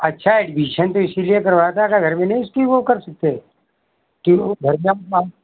अच्छा एडबीसन तो इसलिए करवाया था क्या घर में नहीं उसकी वो कर सकते कि वो घर में